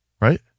right